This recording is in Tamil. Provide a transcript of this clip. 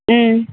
ம்